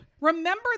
Remember